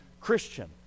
Christian